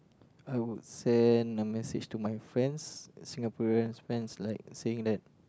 I would send the message to my friends Singaporean friends like saying that